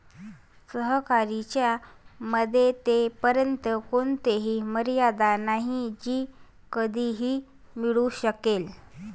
सहकार्याच्या मर्यादेपर्यंत कोणतीही मर्यादा नाही जी कधीही मिळू शकेल